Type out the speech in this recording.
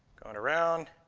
going around.